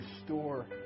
restore